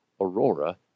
Aurora